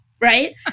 Right